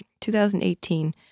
2018